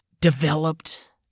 developed